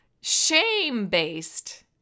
shame-based